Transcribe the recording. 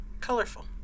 colorful